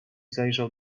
zajrzał